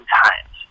times